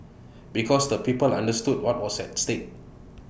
because the people understood what was at stake